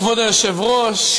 כבוד היושב-ראש,